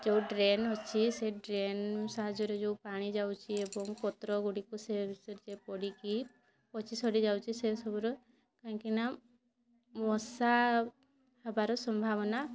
ଯେଉଁ ଡ୍ରେନ୍ ଅଛି ସେ ଡ୍ରେନ୍ ସାହାଯ୍ୟରେ ଯେଉଁ ପାଣି ଯାଉଛି ଏବଂ ପତ୍ରଗୁଡ଼ିକ ସେ ସେଥିରେ ପଡ଼ିକି ପଚି ସଢ଼ି ଯାଉଛି ସେ ସବୁର କାହିଁକି ନା ମଶା ହବାର ସମ୍ଭାବନା